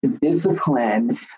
discipline